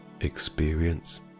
experience